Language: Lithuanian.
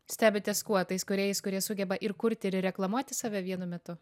stebitės kuo tais kūrėjais kurie sugeba ir kurti ir reklamuoti save vienu metu